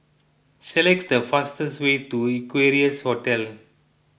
select the fastest way to Equarius Hotel